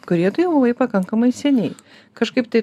kurioje tu jau pakankamai seniai kažkaip tai